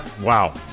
Wow